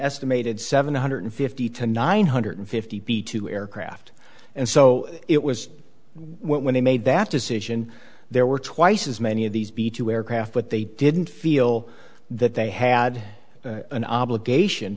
estimated seven hundred fifty to nine hundred fifty two aircraft and so it was when they made that decision there were twice as many of these b two aircraft but they didn't feel that they had an obligation